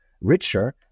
richer